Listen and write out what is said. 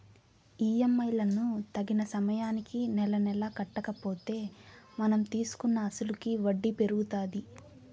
EMI లను తగిన సమయానికి నెలనెలా కట్టకపోతే మనం తీసుకున్న అసలుకి వడ్డీ పెరుగుతాది